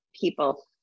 people